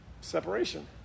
Separation